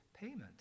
payment